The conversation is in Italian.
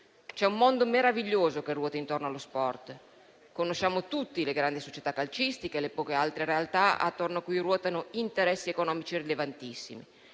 C'è un mondo meraviglioso che ruota intorno allo sport. Conosciamo tutti le grandi società calcistiche e le poche altre realtà attorno a cui ruotano interessi economici rilevantissimi.